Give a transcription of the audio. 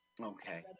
Okay